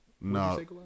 No